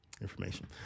information